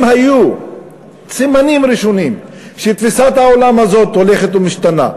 אם היו סימנים ראשונים שתפיסת העולם הזאת הולכת ומשתנה,